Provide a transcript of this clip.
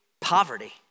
poverty